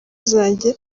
zanjye